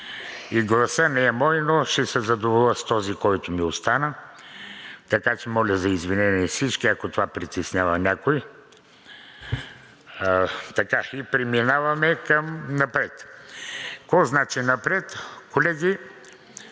и гласът не е мой, но ще се задоволя с този, който ми остана, така че моля за извинение всички, ако това притеснява някого. Преминаваме напред. Какво значи напред? Колеги,